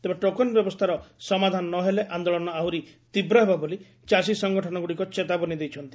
ତେବେ ଟୋକନ ବ୍ୟବସ୍ସାର ସମାଧାନ ନ ହେଲେ ଆନ୍ଦୋଳନ ଆହୁରି ତୀବ୍ ହେବ ବୋଲି ଚାଷୀ ସଂଗଠନଗୁଡିକ ଚେତାବନୀ ଦେଇଛନ୍ତି